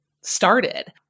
started